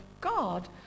God